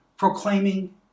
Proclaiming